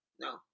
No